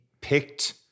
picked